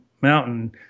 Mountain